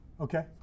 Okay